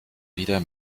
wieder